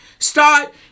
Start